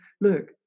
look